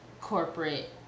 corporate